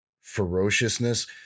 ferociousness